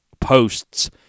posts